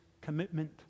Commitment